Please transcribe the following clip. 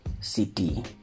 City